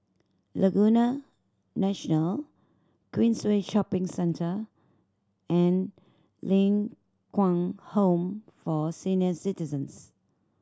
Laguna National Queensway Shopping Centre and Ling Kwang Home for Senior Citizens